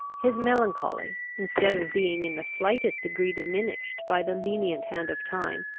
his melancholy, instead of being in the slightest degree diminished by the lenient hand of time,